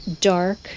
dark